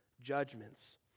judgments